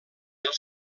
els